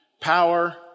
power